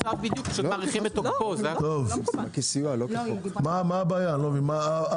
מה הבעיה אני לא מבין,